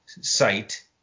site